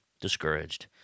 discouraged